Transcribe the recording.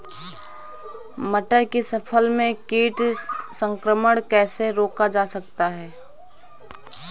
मटर की फसल में कीट संक्रमण कैसे रोका जा सकता है?